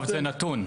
זה נתון.